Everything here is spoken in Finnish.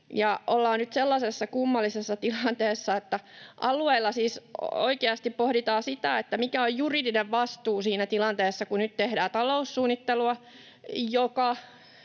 ollaan sellaisessa kummallisessa tilanteessa, että alueilla siis oikeasti pohditaan, mikä on juridinen vastuu siinä tilanteessa, kun nyt tehdään taloussuunnittelua,